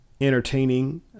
entertaining